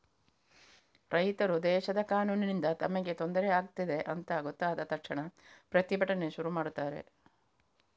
ರೈತರು ದೇಶದ ಕಾನೂನಿನಿಂದ ತಮಗೆ ತೊಂದ್ರೆ ಆಗ್ತಿದೆ ಅಂತ ಗೊತ್ತಾದ ತಕ್ಷಣ ಪ್ರತಿಭಟನೆ ಶುರು ಮಾಡ್ತಾರೆ